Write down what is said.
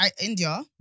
India